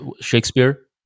Shakespeare